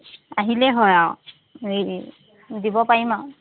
আহিলেই হয় আৰু হেৰি দিব পাৰিম আৰু